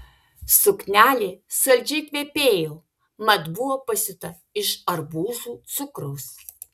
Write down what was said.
suknelė saldžiai kvepėjo mat buvo pasiūta iš arbūzų cukraus